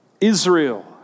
Israel